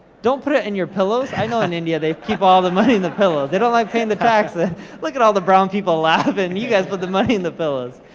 don't put it in your pillows. i know in india, they keep all the money in the pillows. they don't like payin' the taxes. look like at all the brown people laughin', you guys put the money in the pillows.